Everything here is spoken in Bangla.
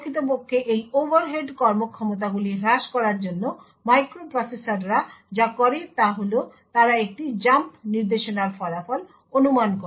প্রকৃতপক্ষে এই ওভারহেড কর্মক্ষমতাগুলি হ্রাস করার জন্য মাইক্রোপ্রসেসররা যা করে তা হল তারা একটি জাম্প নির্দেশনার ফলাফল অনুমান করে